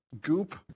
goop